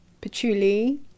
patchouli